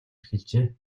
эхэлжээ